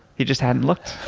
he just hadn't looked.